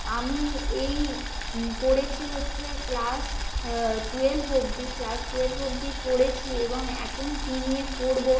আমি এই পড়েছি হচ্ছে ক্লাস টুয়েলভ অবধি ক্লাস টুয়েলভ অবধি পড়েছি এবং এখন কী নিয়ে পড়ব